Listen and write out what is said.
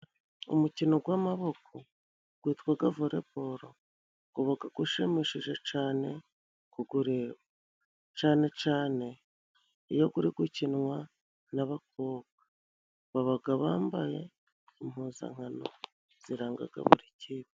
Umukino gw'amaboko gwitwaga voreboro gubaga gushimishije cane kugureba, cane cane iyo guri gukinwa n'abakobwa babaga bambaye impuzankano zirangaga buri kipe.